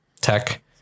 tech